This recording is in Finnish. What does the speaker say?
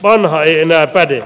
vanha ei enää päde